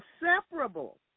inseparable